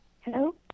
hello